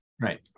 Right